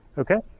okay?